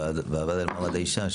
לוועדה למעמד האישה,